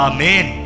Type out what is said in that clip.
Amen